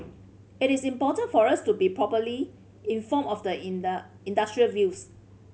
it is important for us to be properly informed of the in the industry views